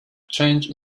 changed